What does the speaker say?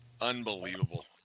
Unbelievable